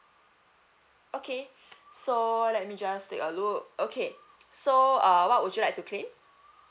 okay so let me just take a look okay so uh what would you like to claim